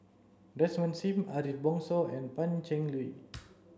Desmond Sim Ariff Bongso and Pan Cheng Lui